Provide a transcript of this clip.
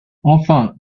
enfin